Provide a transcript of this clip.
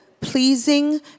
pleasing